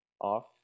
off